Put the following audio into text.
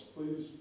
Please